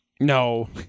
No